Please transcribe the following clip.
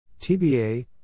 TBA